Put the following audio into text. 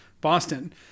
Boston